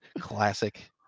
Classic